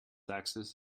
axis